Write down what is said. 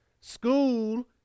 school